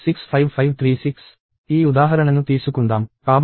65536ఈ ఉదాహరణను తీసుకుందాం కాబట్టి 65536